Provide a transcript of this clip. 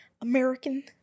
American